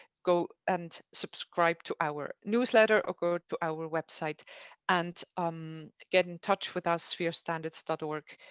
go and subscribe to our newsletter or go to our website and um get in touch with our sphere standards dot org.